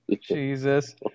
jesus